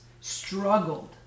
struggled